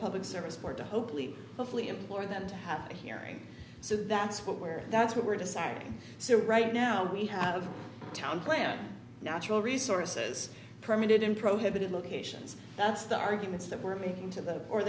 public service board to hopefully hopefully implore them to have a hearing so that's what we're that's what we're deciding so right now we have town plan natural resources permitted in prohibited locations that's the arguments that we're making to the or